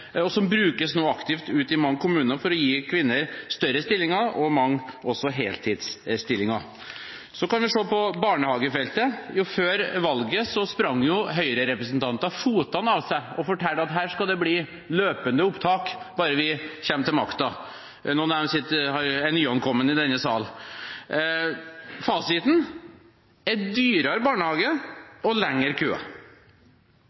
som nå brukes aktivt ute i mange kommuner for å gi kvinner større stillinger – og mange også heltidsstillinger. Så kan vi se på barnehagefeltet. Før valget sprang høyrerepresentanter føttene av seg og fortalte at her skal det bli løpende opptak bare vi kommer til makten – noen av dem er nye i denne sal. Fasiten er dyrere barnehage